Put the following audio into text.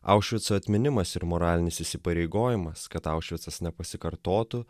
aušvico atminimas ir moralinis įsipareigojimas kad aušvicas nepasikartotų